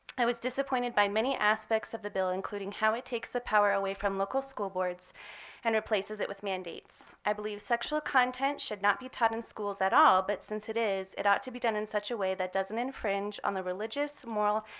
i was disappointed by many aspects of the bill, including how it takes the power away from local school boards and replaces it with mandates. i believe sexual content should not be taught in schools at all, but since it is, it ought to be done in such a way that doesn't infringe on the religious, moral,